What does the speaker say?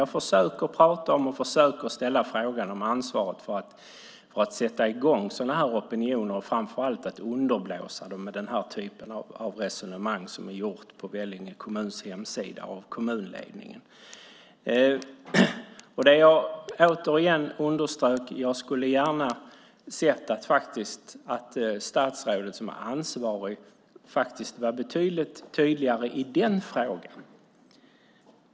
Jag försöker prata om och ställa frågan om ansvaret när det gäller att sätta i gång sådana här opinioner och framför allt underblåsa dem med den typ av resonemang som förts på Vellinge kommuns hemsida av kommunledningen. Jag skulle gärna sett att statsrådet som är ansvarig varit betydligt tydligare i den frågan.